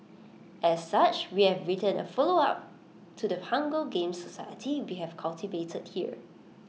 as such we have written A follow up to the hunger games society we have cultivated here